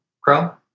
Crow